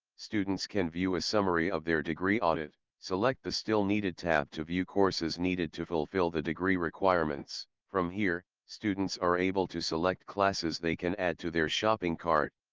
students can view a summary of their degree audit. select the still needed tab to view courses needed to fulfill the degree requirements. from here, students are able to select classes they can add to their shopping cart.